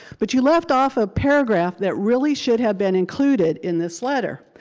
but you left off a paragraph that really should have been included in this letter.